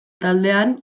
taldean